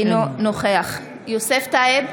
אינו נוכח יוסף טייב,